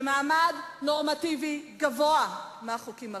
במעמד נורמטיבי גבוה מהחוקים הרגילים.